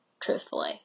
truthfully